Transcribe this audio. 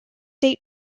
date